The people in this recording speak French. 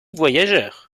voyageur